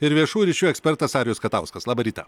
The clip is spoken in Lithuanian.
ir viešųjų ryšių ekspertas arijus katauskas labą rytą